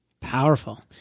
Powerful